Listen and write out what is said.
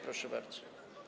Proszę bardzo.